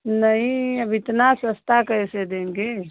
नहीं अब इतना सस्ता कैसे देंगे